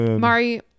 mari